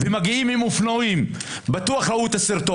מגיעים עם אופנועים ארבעה,